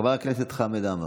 חבר הכנסת חמד עמאר,